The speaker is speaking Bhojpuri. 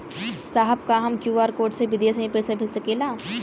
साहब का हम क्यू.आर कोड से बिदेश में भी पैसा भेज सकेला?